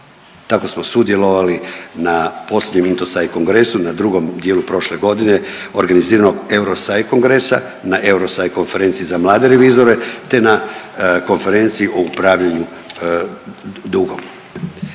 Tako smo sudjelovali na …/Govornik se ne razumije/…kongresu na drugom dijelu prošle godine organiziranog EUROSAI kongresa na EUROSAI konferenciji za mlade revizore, te na Konferenciji o upravljanju